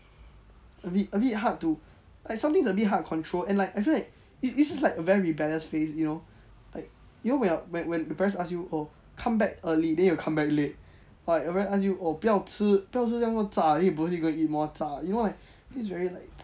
a bit a bit hard to like something a bit hard control and like I feel like this is like a very rebellious you know like you know when your when when your parents ask you oh come back early then you will come back late like your parents ask you oh 不要吃不要吃这样多炸的 then you go ahead and eat more 炸的 you know what this is very like